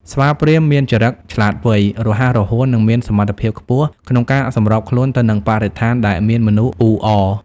ស្វាព្រាហ្មណ៍មានចរិតឆ្លាតវៃ រហ័សរហួន និងមានសមត្ថភាពខ្ពស់ក្នុងការសម្របខ្លួនទៅនឹងបរិស្ថានដែលមានមនុស្សអ៊ូអរ។